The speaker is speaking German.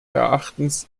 erachtens